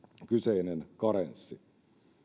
kyseinen karenssi